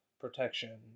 protection